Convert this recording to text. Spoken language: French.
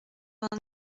vingt